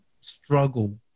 struggle